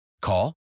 Call